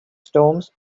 storms